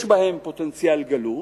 יש בהם פוטנציאל גלום,